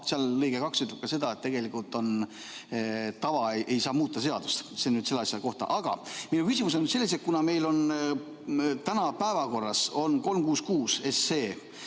seal lõige 2 ütleb ka seda, et tegelikult tava ei saa muuta seadust. See on selle asja kohta. Aga minu küsimus on selles, et kuna meil on täna päevakorras 366 SE